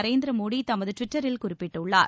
நரேந்திர மோடி தமது ட்விட்டரில் குறிப்பிட்டுள்ளார்